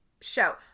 show